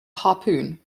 harpoon